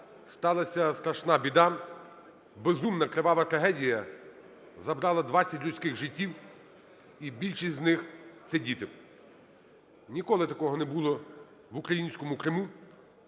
сталася страшна біда: безумна кривава трагедія забрала 20 людських життів, і більшість з них - це діти. Ніколи такого не було в українському Криму.